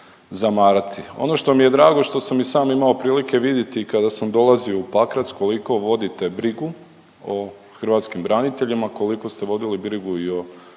Ono što mi je drago što sam i sam imao prilike vidjeti kada sam dolazio u Pakrac, koliko vodite brigu o hrvatskim braniteljima, koliko ste vodili brigu i o pomoći njima